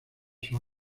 sus